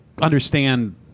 understand